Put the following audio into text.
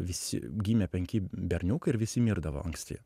visi gimė penki berniukai ir visi mirdavo anksti